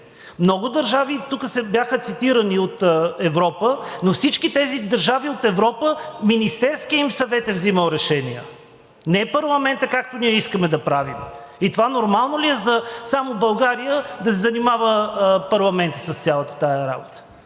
от Европа, и тук бяха цитирани, на всички тези държави от Европа Министерският им съвет е взимал решения, не парламентът, както ние искаме да правим. И това нормално ли е, само в България да се занимава парламентът с цялата тази работа,